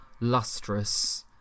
lustrous